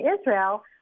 Israel